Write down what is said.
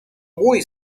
muy